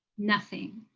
nothing